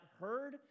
heard